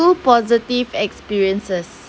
positive experiences